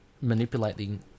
manipulating